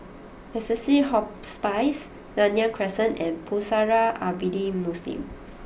Assisi Hospice Nanyang Crescent and Pusara Abadi Muslim